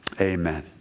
Amen